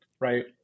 right